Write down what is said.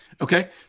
Okay